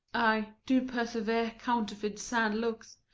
ay, do persever, counterfeit sad looks,